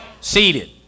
seated